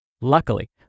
Luckily